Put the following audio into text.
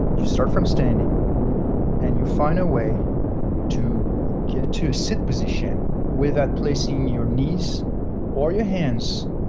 you start from standing and you find a way to get to sit position without placing your knees or your hands